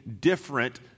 different